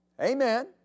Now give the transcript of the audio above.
Amen